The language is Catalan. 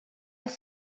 els